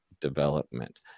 development